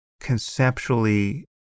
conceptually